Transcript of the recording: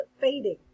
fading